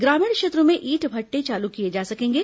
ग्रामीण क्षेत्रों में ईंट भट्ठे चालू किए जा सकेंगे